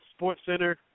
SportsCenter